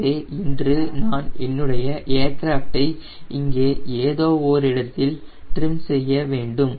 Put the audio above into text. எனவே இன்று நான் என்னுடைய ஏர்கிராஃப்டை இங்கே ஏதோ ஓரிடத்தில் ட்ரிம் செய்ய வேண்டும்